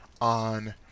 on